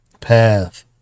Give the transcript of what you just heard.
path